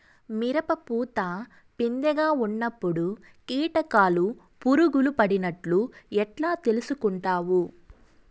మిరప పూత పిందె గా ఉన్నప్పుడు కీటకాలు పులుగులు పడినట్లు ఎట్లా తెలుసుకుంటావు?